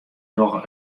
dogge